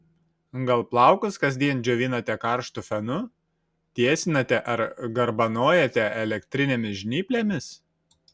gal plaukus kasdien džiovinate karštu fenu tiesinate ar garbanojate elektrinėmis žnyplėmis